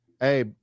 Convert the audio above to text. Hey